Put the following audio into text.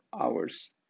hours